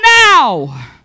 now